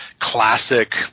classic